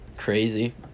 crazy